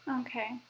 Okay